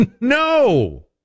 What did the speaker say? No